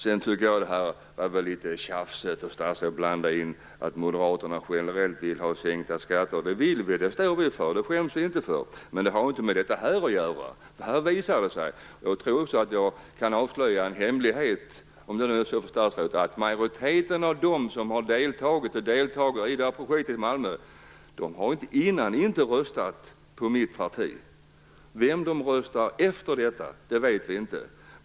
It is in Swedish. Jag tycker att det var litet tjafsigt av statsrådet att blanda in att moderaterna generellt vill ha sänkta skatter. Det vill vi. Det står vi för, och det skäms vi inte för. Men det har inte med detta att göra. Jag tror att jag kan avslöja en hemlighet för statsrådet. Majoriteten av dem som deltar i det här projektet i Malmö har inte tidigare röstat på mitt parti. Vem de röstar på efter detta vet vi inte.